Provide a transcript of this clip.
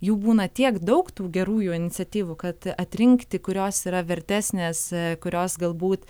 jų būna tiek daug tų gerųjų iniciatyvų kad atrinkti kurios yra vertesnės kurios galbūt